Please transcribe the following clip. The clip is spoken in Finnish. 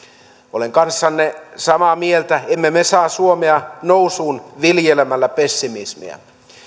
olen kanssanne samaa mieltä emme me saa suomea nousuun viljelemällä pessimismiä